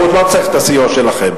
הוא לא צריך את הסיוע שלכם.